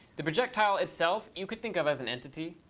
the projectile itself you could think of as an entity.